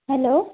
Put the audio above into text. hello